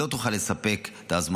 שבה היא לא תוכל לספק את ההזמנות.